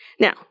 Now